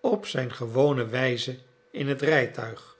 op zijn gewone wijze in het rijtuig